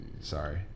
Sorry